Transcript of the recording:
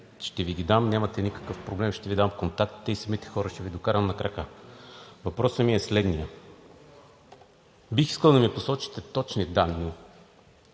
Ще Ви ги дам. Нямате никакъв проблем. Ще Ви дам контактите и самите хора ще Ви докарам на крака. Въпросът ми е следният. Бих искал да ми посочите точни данни,